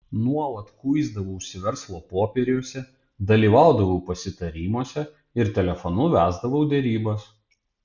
nuolat kuisdavausi verslo popieriuose dalyvaudavau pasitarimuose ir telefonu vesdavau derybas